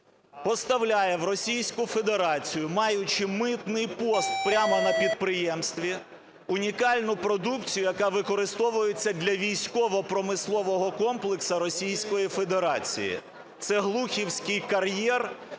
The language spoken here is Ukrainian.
поставляє в Російську Федерацію, маючи митний пост прямо на підприємстві, унікальну продукцію, яка використовується для військово-промислового комплексу Російської федерації. Це Глухівський кар'єр,